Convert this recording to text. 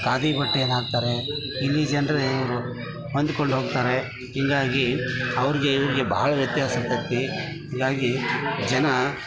ಖಾದಿ ಬಟ್ಟೆ ಹಾಕ್ತಾರೆ ಇಲ್ಲಿ ಜನರೇ ಇವರು ಹೊಂದ್ಕೊಂಡ್ ಹೋಗ್ತಾರೆ ಹೀಗಾಗಿ ಅವ್ರಿಗೆ ಇವ್ರಿಗೆ ಬಹಳ ವ್ಯತ್ಯಾಸ ಇರ್ತದೆ ಹೀಗಾಗಿ ಜನ